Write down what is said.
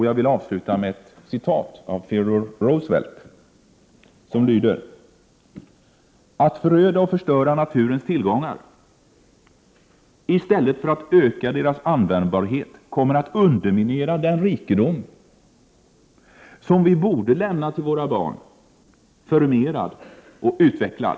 Jag vill avsluta med ett citat av Theodore Roosevelt som lyder: Att föröda och förstöra naturens tillgångar, i stället för att öka deras användbarhet, kommer att underminera den rikedom som vi borde lämna vidare till våra barn, förmerad och utvecklad.